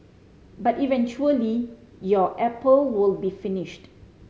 but eventually your apple will be finished